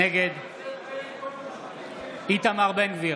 נגד איתמר בן גביר,